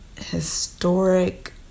Historic